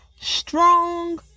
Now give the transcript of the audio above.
strong